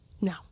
No